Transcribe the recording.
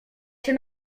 się